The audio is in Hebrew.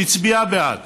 שהצביע בעד